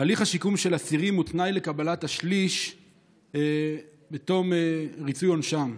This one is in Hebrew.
הליך השיקום של אסירים הוא תנאי לקבלת השליש בתום ריצוי עונשם,